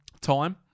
Time